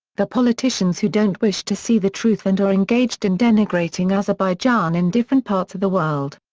the politicians who don't wish to see the truth and are engaged in denigrating azerbaijan in different parts of the world.